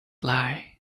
lie